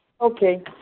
Okay